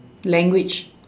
language